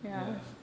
ya